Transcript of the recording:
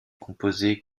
composée